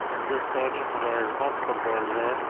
ہندوستانی ملازمت کا بازار